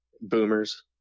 boomers